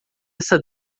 essa